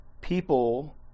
people